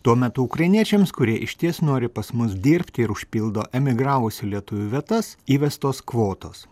tuo metu ukrainiečiams kurie išties nori pas mus dirbti ir užpildo emigravusių lietuvių vietas įvestos kvotos